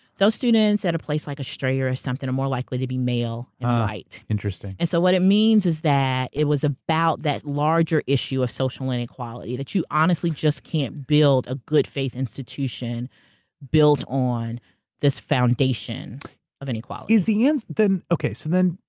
those students, at a place like strayer or something, are more likely to be male and white. interesting. and so what it means, is that it was about that larger issue of social inequality. that you honestly just can't build a good faith institution built on this foundation of inequality. is the end, then. okay. so then,